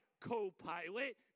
co-pilot